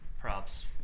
props